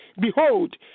Behold